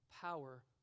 power